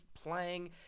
Playing